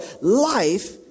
life